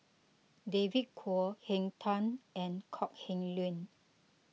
David Kwo Henn Tan and Kok Heng Leun